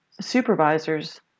supervisors